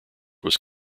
was